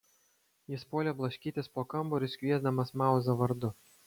jis puolė blaškytis po kambarius kviesdamas mauzą vardu